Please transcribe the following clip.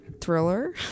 Thriller